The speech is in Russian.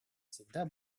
всегда